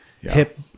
hip-